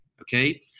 okay